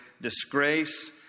disgrace